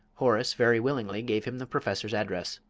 horace very willingly gave him the professor's address.